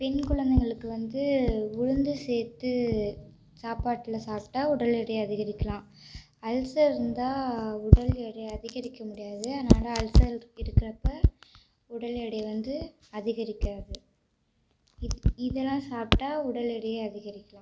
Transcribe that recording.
பெண் குழந்தைகளுக்கு வந்து உளுந்து சேர்த்து சாப்பாட்டில் சாப்பிட்டா உடல் எடையை அதிகரிக்கலாம் அல்சர்ருந்தால் உடல் எடையை அதிகரிக்க முடியாது அதனால அல்சர் இருக்கிறப்ப உடல் எடையை வந்து அதிகரிக்காது இத் இதெலாம் சாப்பிட்டா உடல் எடையை அதிகரிக்கலாம்